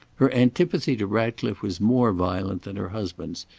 her antipathy to ratcliffe was more violent than her husband's,